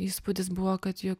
įspūdis buvo kad jo